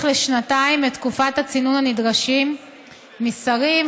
לשנתיים את תקופת הצינון הנדרשת משרים,